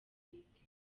politike